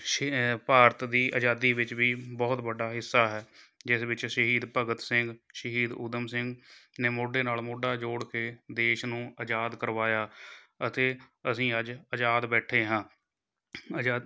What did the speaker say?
ਸ਼ੀ ਭਾਰਤ ਦੀ ਅਜਾਦੀ ਵਿੱਚ ਵੀ ਬਹੁਤ ਵੱਡਾ ਹਿੱਸਾ ਹੈ ਜਿਸ ਵਿੱਚ ਸ਼ਹੀਦ ਭਗਤ ਸਿੰਘ ਸ਼ਹੀਦ ਊਧਮ ਸਿੰਘ ਨੇ ਮੋਢੇ ਨਾਲ ਮੋਢਾ ਜੋੜ ਕੇ ਦੇਸ਼ ਨੂੰ ਅਜ਼ਾਦ ਕਰਵਾਇਆ ਅਤੇ ਅਸੀਂ ਅੱਜ ਅਜ਼ਾਦ ਬੈਠੇ ਹਾਂ ਅਜ਼ਾਦ